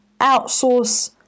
outsource